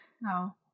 No